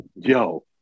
Yo